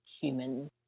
human